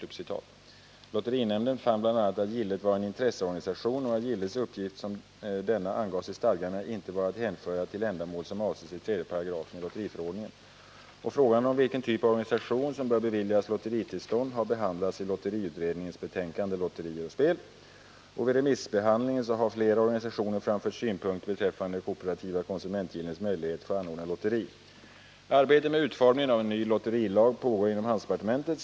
Lotterinämnden fann bl.a. att gillet var en intresseorganisation och att gillets uppgift, som denna angavs i stadgarna, inte var att hänföra till ändamål som avses i 3 § lotteriförordningen. Frågan om vilken typ av organisation som bör beviljas lotteritillstånd har behandlats i lotteriutredningens betänkande Lotterier och spel . Vid remissbehandlingen har flera organisationer framfört synpunkter beträffande kooperativa konsumentgillens möjligheter att få Arbetet med utformningen av en ny lotterilag pågår inom handelsdepartementet.